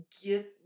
get